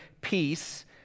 peace